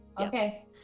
Okay